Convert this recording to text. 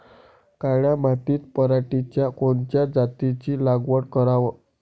काळ्या मातीत पराटीच्या कोनच्या जातीची लागवड कराव?